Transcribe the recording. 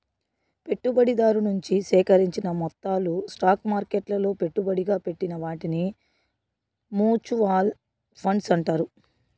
పెట్టుబడిదారు నుంచి సేకరించిన మొత్తాలు స్టాక్ మార్కెట్లలో పెట్టుబడిగా పెట్టిన వాటిని మూచువాల్ ఫండ్స్ అంటారు